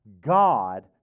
God